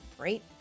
right